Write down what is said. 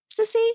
sissy